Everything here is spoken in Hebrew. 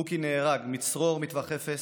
מוקי נהרג מצרור מטווח אפס.